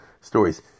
stories